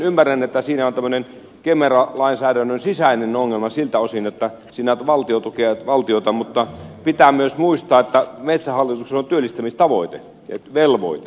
ymmärrän että siinä on kemera lainsäädännön sisäinen ongelma siltä osin että siinä valtio tukee valtiota mutta pitää myös muistaa että metsähallituksella on työllistämistavoite ja velvoite